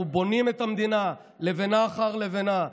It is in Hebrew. אנחנו בונים את המדינה לבנה אחר לבנה,